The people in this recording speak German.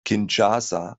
kinshasa